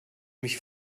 mich